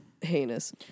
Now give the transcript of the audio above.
Heinous